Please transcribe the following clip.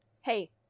Hey